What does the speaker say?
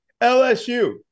LSU